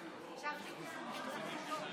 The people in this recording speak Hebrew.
עם חבר הכנסת סעדי,